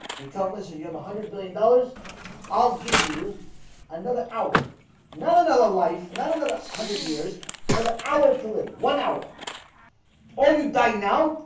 you tongueless and you have a hundred billion dollars i'll give you another hour not another life. not another hundred years another hour to live one hour all you die now,